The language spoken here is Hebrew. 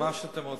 מה שאתם רוצים.